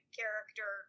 character